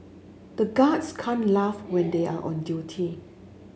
the guards can't laugh when they are on duty